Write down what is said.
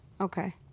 Okay